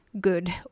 good